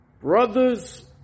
Brothers